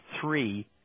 three